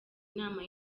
inama